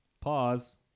Pause